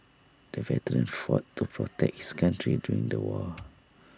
the veteran fought to protect his country during the war